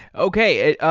okay.